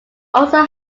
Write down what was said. also